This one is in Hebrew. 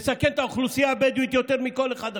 הן מסכנות את האוכלוסייה הבדואית יותר מכל אחד אחר.